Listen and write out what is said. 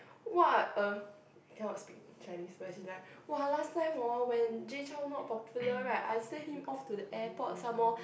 !wah! uh cannot speak in Chinese but she's like !wah! last time horn when Jay Chou not popular right I send him off to the airport somemore